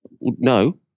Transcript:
No